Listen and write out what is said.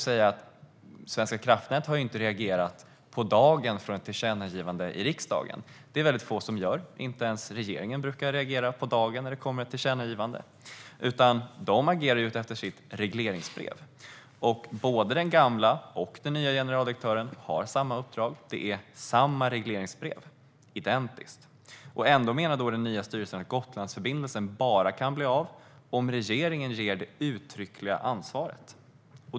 Svenska kraftnät har dock inte reagerat på dagen på ett tillkännagivande från riksdagen. Det är få som gör det; inte ens regeringen brukar reagera på dagen när det kommer ett tillkännagivande. Svenska kraftnät agerar i stället utifrån sitt regleringsbrev, och både den gamla och den nya generaldirektören har samma uppdrag; det är samma regleringsbrev, identiskt. Ändå menar den nya styrelsen att Gotlandsförbindelsen bara kan bli av om regeringen ger det uttryckliga ansvaret.